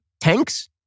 tanks